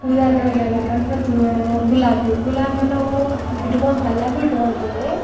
ಉದಾಹರರ್ಣೆ ಒಳ್ಗೆ ಹೇಳ್ಬೇಕಂದ್ರ ತೂವೆ ಗುಲಾಬಿ ಹೂ ಗುಲಾಬಿ ಹೂ ನಾವು ಇಟುಕೊಂಡ್ ತಲ್ಯಾಗೂ ಇಟ್ಕೊಂತೇವೆ